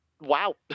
Wow